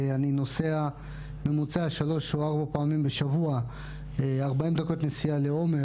אני נוסע בממוצע 3-4 פעמים בשבוע 40 דקות נסיעה לעומר